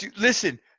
Listen